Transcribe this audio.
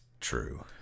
True